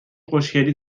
خوشگلی